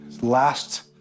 last